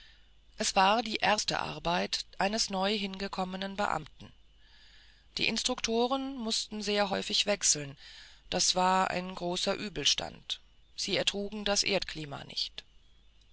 es war die erste arbeit eines neu hingekommenen beamten die instruktoren mußten sehr häufig wechseln das war ein großer übelstand sie vertrugen das erdklima nicht